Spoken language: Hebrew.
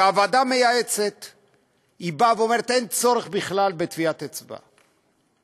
והוועדה המייעצת אומרת: אין צורך בכלל בטביעת אצבע,